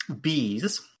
Bees